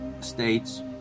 states